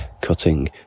cutting